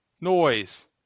Noise